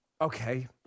Okay